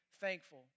thankful